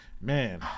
Man